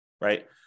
right